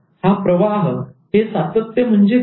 हा प्रवाहसातत्य म्हणजे काय